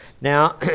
Now